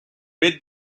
mid